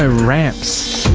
ah ramps.